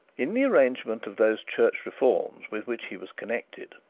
in the arrangement of those church reforms with which he was connected,